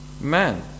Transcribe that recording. man